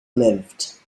lived